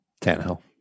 Tannehill